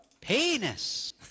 Penis